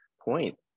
point